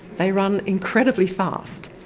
they run incredibly fast,